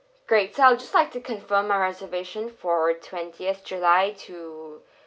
great so I'll just like to confirm my reservation for twentieth july to